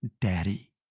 daddy